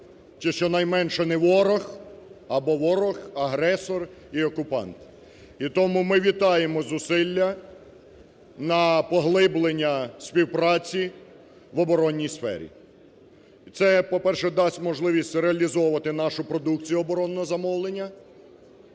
чи щонайменш не ворог, або ворог, агресор і окупант. І тому ми вітаємо зусилля на поглиблення співпраці в оборонній сфері. Це, по-перше, дасть можливість реалізовувати нашу продукцію оборонного замовлення.